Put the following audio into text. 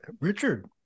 Richard